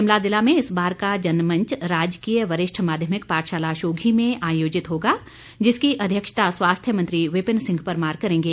शिमला जिला में इस बार का जनमंच राजकीय वरिष्ठ माध्यमिक पाठशाला शोघी में आयोजित होगा जिसकी अध्यक्षता स्वास्थ्य मंत्री विपिन सिंह परमार करेंगे